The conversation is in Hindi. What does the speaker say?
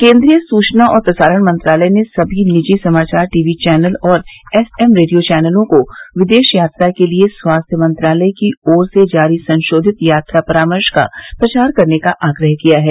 केन्द्रीय सूचना और प्रसारण मंत्रालय ने सभी निजी समाचार टीवी चैनल और एफ एम रेडियो चैनलों को विदेश यात्रा के लिए स्वास्थ्य मंत्रालय की ओर से जारी संशोधित यात्रा परामर्श का प्रचार करने का आग्रह किया है